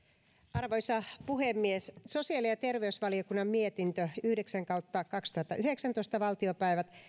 arvoisa puhemies sosiaali ja terveysvaliokunnan mietintö yhdeksän kautta kaksituhattayhdeksäntoista valtiopäivät